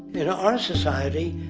in our society,